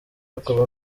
akaba